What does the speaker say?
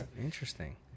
Interesting